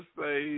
say